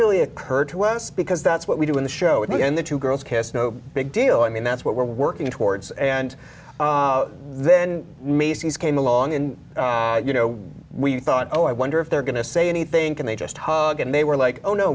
really occur to us because that's what we do in the show and the two girls kiss no big deal i mean that's what we're working towards and then macy's came along and you know we thought oh i wonder if they're going to say anything and they just hug and they were like oh no